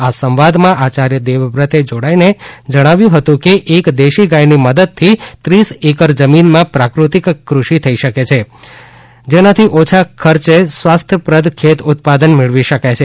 આ સંવાદમાં આચાર્ય દેવવ્રતે જોડાઇને જણાવ્યુ હતુ કે એક દેશી ગાયની મદદથી ત્રીસ એકર જમીનમાં પ્રાકૃતિક કૃષિ થઇ શકે છે જેનાથી ઓછા ખર્ચે સ્વાસ્થ્યપ્રદ ખેત ઉત્પાદન મેળવી શકાય છે